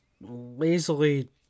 lazily